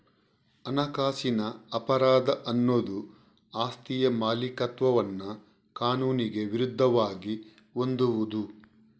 ಹಣಕಾಸಿನ ಅಪರಾಧ ಅನ್ನುದು ಆಸ್ತಿಯ ಮಾಲೀಕತ್ವವನ್ನ ಕಾನೂನಿಗೆ ವಿರುದ್ಧವಾಗಿ ಹೊಂದುವುದು